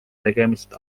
tegemist